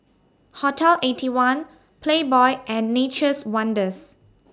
Hotel Eighty One Playboy and Nature's Wonders